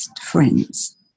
friends